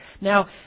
Now